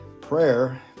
prayer